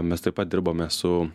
mes taip pat dirbame su